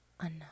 enough